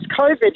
COVID